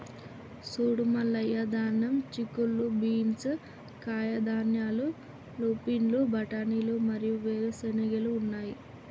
సూడు మల్లయ్య ధాన్యం, చిక్కుళ్ళు బీన్స్, కాయధాన్యాలు, లూపిన్లు, బఠానీలు మరియు వేరు చెనిగెలు ఉన్నాయి